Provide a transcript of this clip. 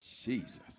Jesus